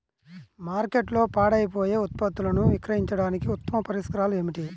మార్కెట్లో పాడైపోయే ఉత్పత్తులను విక్రయించడానికి ఉత్తమ పరిష్కారాలు ఏమిటి?